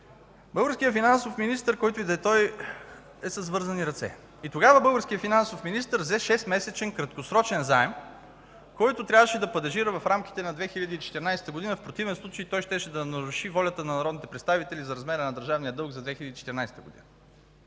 българският финансов министър, който и да е той, е с вързани ръце. Тогава българският финансов министър взе 6-месечен краткосрочен заем, който трябваше да падежира в рамките на 2014 г. В противен случай той щеше да наруши волята на народните представители за размера на държавния дълг